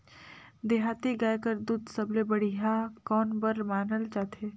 देहाती गाय कर दूध सबले बढ़िया कौन बर मानल जाथे?